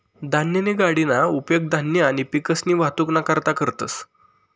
धान्यनी गाडीना उपेग धान्य आणि पिकसनी वाहतुकना करता करतंस